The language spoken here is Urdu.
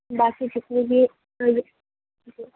باقی کسی بھی کو